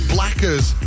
Blackers